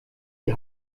die